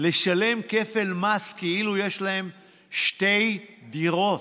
לשלם כפל מס כאילו יש להם שתי דירות,